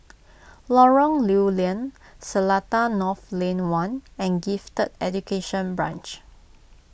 Lorong Lew Lian Seletar North Lane one and Gifted Education Branch